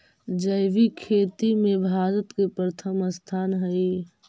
जैविक खेती में भारत के प्रथम स्थान हई